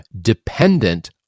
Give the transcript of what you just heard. dependent